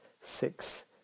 six